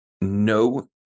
No